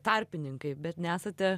tarpininkai bet nesate